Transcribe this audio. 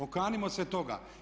Okanimo se toga.